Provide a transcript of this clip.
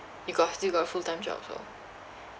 you got still got full time jobs orh